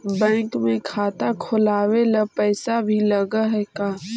Bank में खाता खोलाबे ल पैसा भी लग है का?